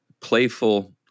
playful